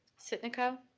sitnakow?